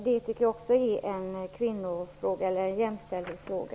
Det utgör också en jämställdhetsfråga.